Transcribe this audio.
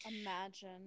imagine